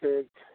ठीक छै